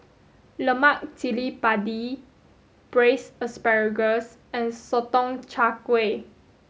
Lemak Cili padi Braised Asparagus and Sotong Char Kway